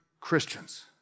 Christians